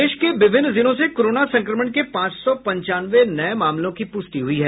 प्रदेश के विभिन्न जिलों से कोरोना संक्रमण के पांच सौ पंचानवे नये मामलों की प्रष्टि हुई है